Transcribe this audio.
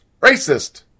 racist